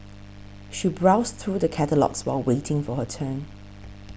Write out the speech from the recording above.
she browsed through the catalogues while waiting for her turn